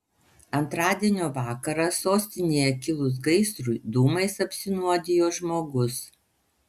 antradienio vakarą sostinėje kilus gaisrui dūmais apsinuodijo žmogus